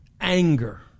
anger